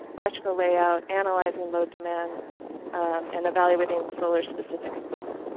electrical layout, analyzing load demand and evaluating solar specific equipment,